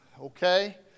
Okay